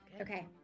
Okay